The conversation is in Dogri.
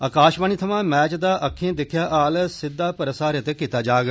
आकाशवाणी थमां मैच दा अक्खीं दिक्खेआ हाल सीधा प्रसारत किता जाग